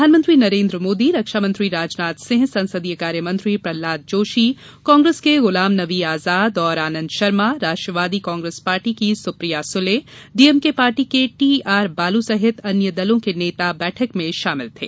प्रधानमंत्री नरेन्द्र मोदी रक्षा मंत्री राजनाथ सिंह ससंदीय कार्य मंत्री प्रहलाद जोशी कांग्रेस के गुलाम नबी आजाद और आनंद शर्मा राष्ट्रवादी कांग्रेस पार्टी की सुप्रिया सुले डीएमके पार्टी के टीआरबालू सहित अन्य दलों के नेता शामिल थे